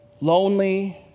lonely